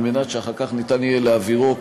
כדי שאחר כך יהיה אפשר להעבירו,